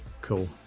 Cool